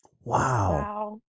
Wow